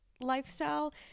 lifestyle